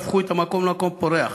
והפכו את המקום למקום פורח.